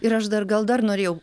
ir aš dar gal dar norėjau